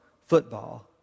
football